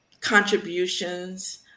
contributions